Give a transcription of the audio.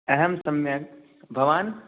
अहं सम्यक् भवान्